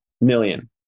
million